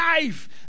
life